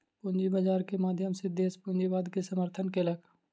पूंजी बाजार के माध्यम सॅ देस पूंजीवाद के समर्थन केलक